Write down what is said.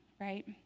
right